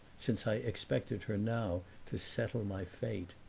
since i expected her now to settle my fate.